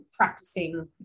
practicing